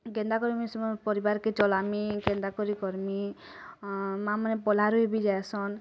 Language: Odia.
କେନ୍ତା କର୍ମି ସେ ମୋର୍ ପରିବାର୍ କେ ଚଲାମି କେନ୍ତା କରି କର୍ମି ମାଆ ମାନେ ପାଲାରବି ଯାଏସନ୍